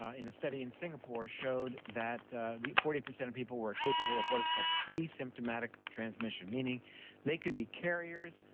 ah in a study in singapore showed that the forty eight percent of people were capable of what is called pre-symptomatic transmission meaning they could be carriers,